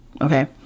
Okay